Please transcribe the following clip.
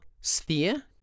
sphere